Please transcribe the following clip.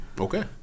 Okay